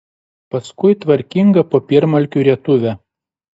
paskui tvarkingą popiermalkių rietuvę